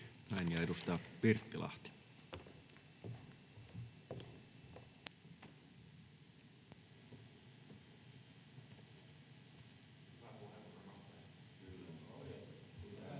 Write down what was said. Näin. — Ja edustaja Pirttilahti.